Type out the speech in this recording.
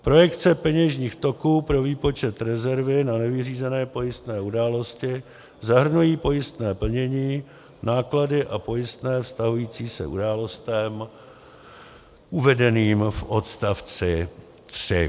Projekce peněžních toků pro výpočet rezervy na nevyřízené pojistné události zahrnují pojistné plnění, náklady a pojistné vztahující se k událostem uvedeným v odstavci 3.